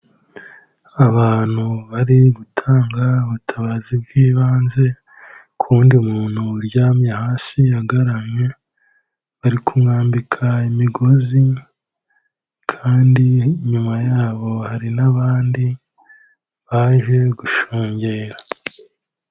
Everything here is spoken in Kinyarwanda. Abantu bari gutanga ubutabazi bw'ibanze ku wundi muntu uryamye hasi agaramye, bari kumwambika imigozi kandi inyuma yabo hari n'abandi baje gushungera.